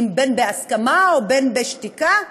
בין בהסכמה ובין בשתיקה,